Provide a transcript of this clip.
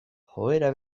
joera